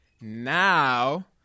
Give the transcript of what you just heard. Now